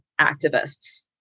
activists